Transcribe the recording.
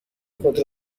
خود